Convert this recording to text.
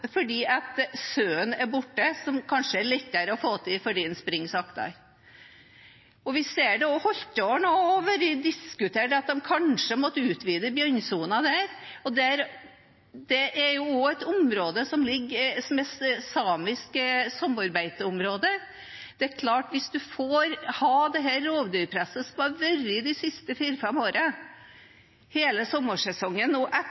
fordi at sauen er borte, som kanskje er lettere å få tak i fordi den springer saktere. Vi ser at også i Holtålen er det diskutert om de kanskje måtte utvide bjørnesonen, og det er et område som er samiske sommerbeiteområder. Det er klart at hvis en får ha dette rovdyrpresset som har vært de siste fire-fem årene, hele sommersesongen, og etter